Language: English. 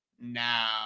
now